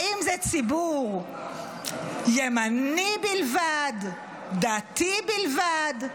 האם זה ציבור ימני בלבד, דתי בלבד?